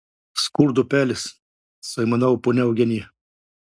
skurdo pelės suaimanavo ponia eugenija